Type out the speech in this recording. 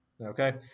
Okay